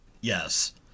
Yes